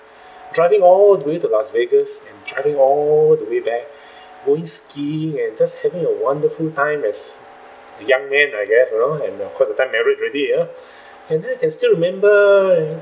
driving all the way to las vegas and driving all the way back going skiing and just having a wonderful time as young man I guess you know and uh of course that time married already uh and I can still remember